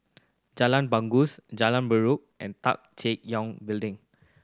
Jalan Bangau Jalan Derum and Tan Teck young Building